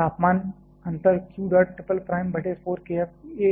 तापमान अंतर q dot triple prime बटे 4 k F a स्क्वायर है